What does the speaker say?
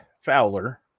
Fowler